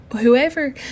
whoever